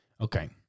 okay